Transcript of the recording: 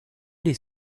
les